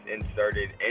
inserted